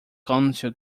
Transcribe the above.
council